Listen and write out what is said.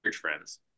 friends